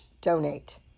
donate